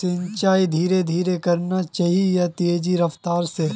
सिंचाई धीरे धीरे करना चही या तेज रफ्तार से?